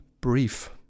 brief